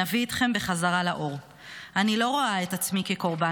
נביא אתכם בחזרה לאור"; "אני לא רואה את עצמי כקורבן.